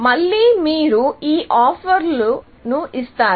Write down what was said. మళ్ళీ మీరు ఈ ఆఫర్లను ఇస్తారు